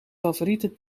favoriete